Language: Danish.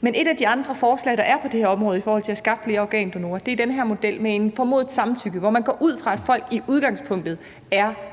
Men et af de andre forslag, der er på det her område, i forhold til at skaffe flere organdonorer, er den her model med et formodet samtykke, hvor man går ud fra, at folk i udgangspunktet er